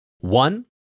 One